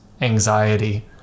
anxiety